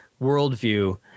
worldview